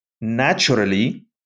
naturally